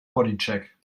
bodycheck